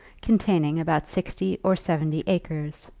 containing about sixty or seventy acres.